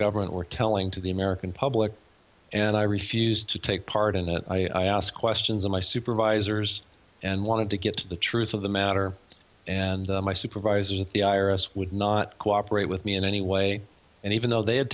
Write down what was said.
government were telling to the american public and i refused to take part in it i asked questions of my supervisors and wanted to get to the truth of the matter and my supervisors at the i r s would not cooperate with me in any way and even though they had